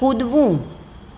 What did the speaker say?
કૂદવું